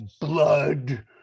blood